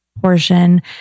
portion